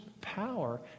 power